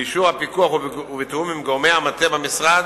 באישור הפיקוח ובתיאום עם גורמי המטה במשרד,